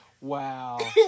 Wow